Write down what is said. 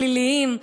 פליליים,